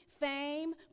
Fame